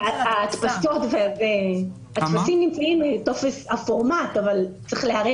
הטפסים נמצאים הפורמט אבל צריך להיערך.